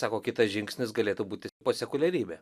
sako kitas žingsnis galėtų būti posekuliarybė